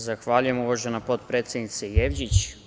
Zahvaljujem, uvažena potpredsednice Jevđić.